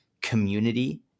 community